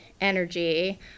energy